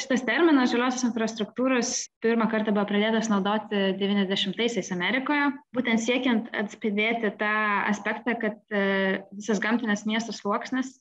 šitas terminas žaliosios infrastruktūros pirmą kartą buvo pradėtas naudoti devyniasdešimtaisiais amerikoje būtent siekiant atspindėti tą aspektą kad a visas gamtinis miesto sluoksnis